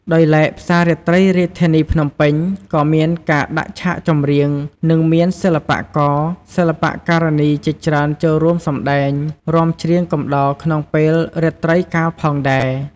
ដោយឡែកផ្សាររាត្រីរាជធានីភ្នំពេញក៏មានការដាក់ឆាកចម្រៀង និងមានសិល្បករ សិល្បការិនីជាច្រើនចូលរួមសម្តែងរាំច្រៀងកំដរក្នុងពេលរាត្រីកាលផងដែរ។